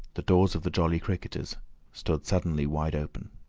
the doors of the jolly cricketers stood suddenly wide open.